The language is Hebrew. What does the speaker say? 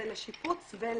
זה לשיפוץ ולהקמה.